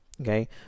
okay